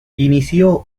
inició